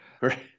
right